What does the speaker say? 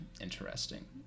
Interesting